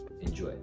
Enjoy